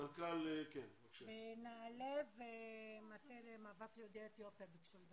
מנכ"ל משרד העלייה והקליטה.